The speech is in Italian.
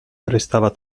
restava